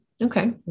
Okay